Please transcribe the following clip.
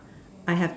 I have the